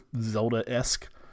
Zelda-esque